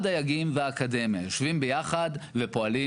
הדייגים והאקדמיה יושבים ביחד ופועלים